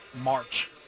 March